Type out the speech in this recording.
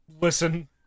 listen